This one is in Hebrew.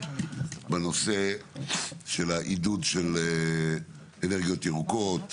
בנושא העידוד של אנרגיות ירוקות.